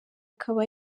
akaba